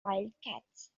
wildcats